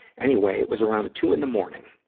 anyway, it was around two in the morning.